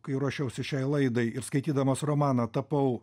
kai ruošiausi šiai laidai ir skaitydamas romaną tapau